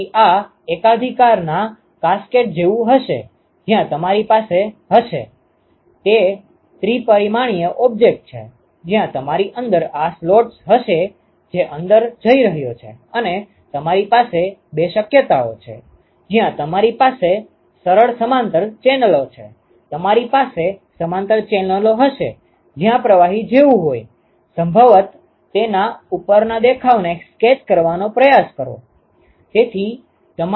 તેથી આ એકાધિકારના કાસ્કેડ જેવું હશે જ્યાં તમારી પાસે હશે તે ત્રિ પરિમાણીય ઓબ્જેક્ટ છે જ્યાં તમારી અંદર આ સ્લોટ્સ હશે જે અંદર જઇ રહ્યો છે અને તમારી પાસે બે શક્યતાઓ છે જ્યાં તમારી પાસે સરળ સમાંતર ચેનલો છે તમારી પાસે સમાંતર ચેનલો હશે જ્યાં પ્રવાહી જેવું હોય સંભવત તેના ઉપરના દેખાવને સ્કેચ કરવાનો પ્રયાસ કરો